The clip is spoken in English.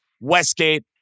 Westgate